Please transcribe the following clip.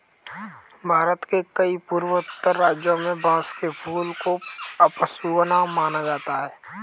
भारत के कई पूर्वोत्तर राज्यों में बांस के फूल को अपशगुन माना जाता है